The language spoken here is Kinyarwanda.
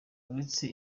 uretse